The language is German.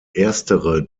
erstere